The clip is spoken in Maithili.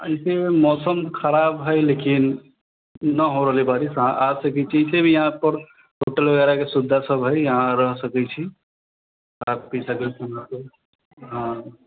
ऐसे मौसम खराब है लेकिन न हो रहलै बारिस अहाँ आ सकै छी ऐसे भी यहाँ सब होटल वगैरह के सुविधा सब है यहाँ रह सकै छी